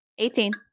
18